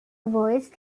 voiced